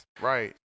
Right